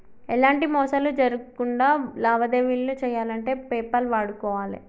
ఎలాంటి మోసాలు జరక్కుండా లావాదేవీలను చెయ్యాలంటే పేపాల్ వాడుకోవాలే